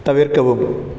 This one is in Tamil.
தவிர்க்கவும்